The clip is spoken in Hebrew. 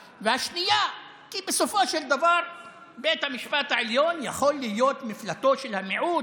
2. כי בסופו של דבר בית המשפט העליון יכול להיות מפלטו של המיעוט,